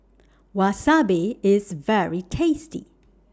Wasabi IS very tasty